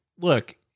look